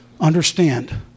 understand